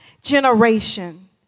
generation